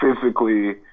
physically